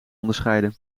onderscheiden